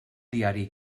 diari